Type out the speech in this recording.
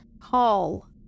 call